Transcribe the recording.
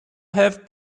have